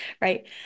right